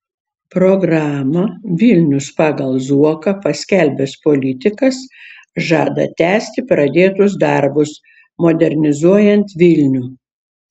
programą vilnius pagal zuoką paskelbęs politikas žada tęsti pradėtus darbus modernizuojant vilnių